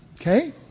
Okay